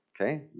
Okay